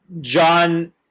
John